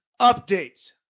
updates